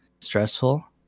stressful